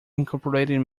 incorporated